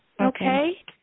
Okay